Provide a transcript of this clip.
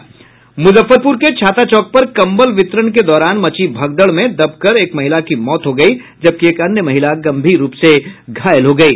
मूजफ्फरपूर के छाता चौक पर कंबल वितरण के दौरान मची भगदड़ में दबकर एक महिला की मौत हो गयी जबकि एक अन्य महिला गंभीर रूप से घायल हो गयी